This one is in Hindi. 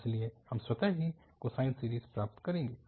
इसलिए हम स्वतः ही कोसाइन सीरीज़ प्राप्त करेंगे